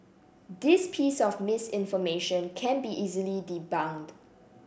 this piece of misinformation can be easily debunked